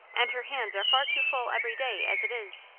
and her hands are far too full every day, as it is.